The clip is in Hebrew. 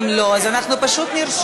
זה הכול מקליטים,